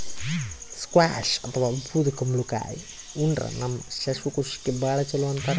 squash ಅಥವಾ ಬೂದ್ ಕುಂಬಳಕಾಯಿ ಉಂಡ್ರ ನಮ್ ಶ್ವಾಸಕೋಶಕ್ಕ್ ಭಾಳ್ ಛಲೋ ಅಂತಾರ್